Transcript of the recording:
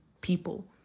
people